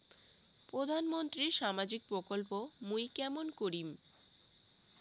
প্রধান মন্ত্রীর সামাজিক প্রকল্প মুই কেমন করিম?